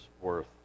worth